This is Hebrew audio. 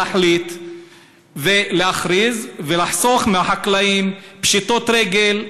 להחליט ולהכריז ולחסוך מהחקלאים פשיטות רגל,